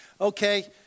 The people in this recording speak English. okay